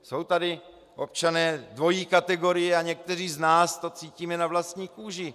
Jsou tady občané dvojí kategorie a někteří z nás to cítíme na vlastní kůži.